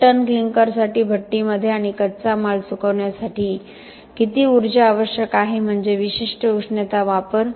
एक टन क्लिंकरसाठी भट्टीमध्ये आणि कच्चा माल सुकविण्यासाठी किती ऊर्जा आवश्यक आहे म्हणजे विशिष्ट उष्णता वापर